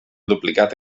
duplicat